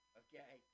okay